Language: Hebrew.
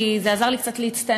כי זה עזר לי קצת להצטנן,